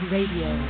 Radio